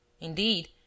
indeed